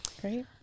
Great